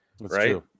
right